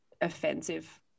offensive